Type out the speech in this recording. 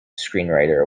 screenwriter